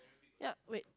yup wait